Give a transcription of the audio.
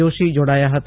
જોશી જોડાયા હતા